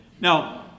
Now